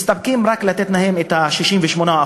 מסתפקים ונותנים להם רק את ה-68%,